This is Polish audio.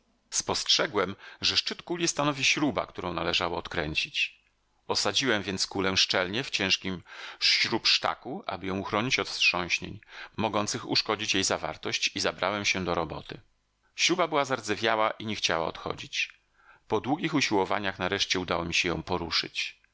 spostrzegłem że szczyt kuli stanowi śruba którą należało odkręcić osadziłem więc kulę szczelnie w ciężkim śrubsztaku aby ją uchronić od wstrząśnień mogących uszkodzić jej zawartość i zabrałem się do roboty śruba była zardzewiała i nie chciała odchodzić po długich usiłowaniach nareszcie udało mi się ją poruszyć